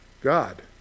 God